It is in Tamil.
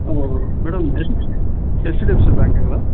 ஆமாம் ஆமாம் மேடம் எச்டிஎஃப்சி பேங்க்குங்களா